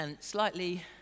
slightly